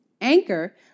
Anchor